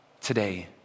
today